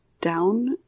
down